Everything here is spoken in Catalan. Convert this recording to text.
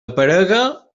aparega